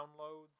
downloads